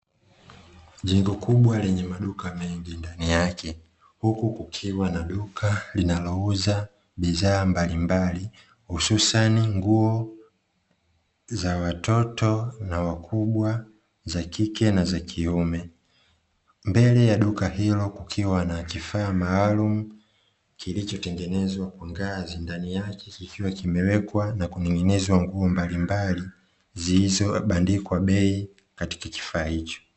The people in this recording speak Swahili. Jengo kubwa lenye maduka mengi ndani yake, huku kukiwa na duka linalouza bidhaa mbalimbali hususani nguo za watoto na wakubwa, za kike na za kiume. Mbele ya duka hilo kukiwa na kifaa maalumu kilichotengenezwa kwa ngazi; ndani yake kikiwa kimewekwa na kuning'inizwa nguo mbalimbali zilizobandikwa bei katika kifaa hiko.